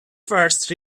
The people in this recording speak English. first